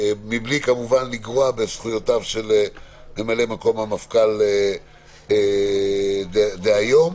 מבלי כמובן לגרוע מזכויותיו של ממלא מקום המפכ"ל דהיום.